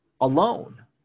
alone